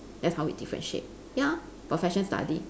that's how we differentiate ya for fashion study